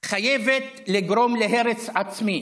חייבת לגרום להרס עצמי.